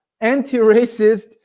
anti-racist